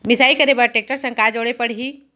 मिसाई करे बर टेकटर संग का जोड़े पड़ही?